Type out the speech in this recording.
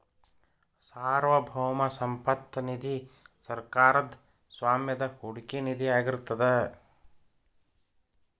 ಸಾರ್ವಭೌಮ ಸಂಪತ್ತ ನಿಧಿ ಸರ್ಕಾರದ್ ಸ್ವಾಮ್ಯದ ಹೂಡಿಕೆ ನಿಧಿಯಾಗಿರ್ತದ